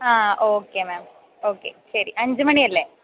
ആ okay ma'am okay ശരി അഞ്ച് മണിയല്ലേ